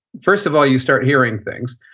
first of all, you start hearing things,